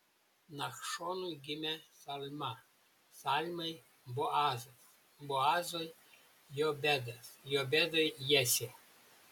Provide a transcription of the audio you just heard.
nachšonui gimė salma salmai boazas boazui jobedas jobedui jesė